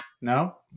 No